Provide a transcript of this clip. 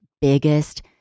biggest